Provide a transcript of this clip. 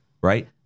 right